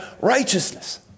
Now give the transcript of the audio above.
righteousness